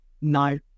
no